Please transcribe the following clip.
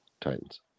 Titans